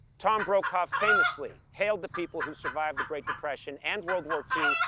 tom brokaw famously hailed the people who survived the great depression and world war two,